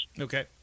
Okay